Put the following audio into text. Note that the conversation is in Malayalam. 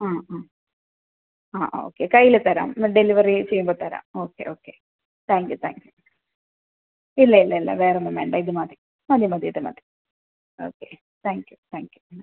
ആ ആ ആ ഓക്കെ കയ്യിൽ തരാം ഡെലിവറി ചെയ്യുമ്പോൾ തരാം okay okay thank you thank you ഇല്ല ഇല്ല ഇല്ല വേറൊന്നും വേണ്ട ഇത് മതി മതി മതി ഇത് മതി okay thank you thank you മ്